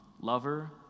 lover